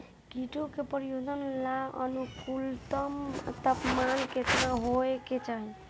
कीटो के परिवरर्धन ला अनुकूलतम तापमान केतना होए के चाही?